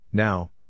Now